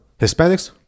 Hispanics